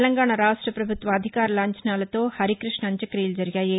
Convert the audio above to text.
తెలంగాణా రాష్టపభుత్వ అధికార లాంఛనాలతో హరికృష్ణ అంత్యక్రియలు జరిగాయి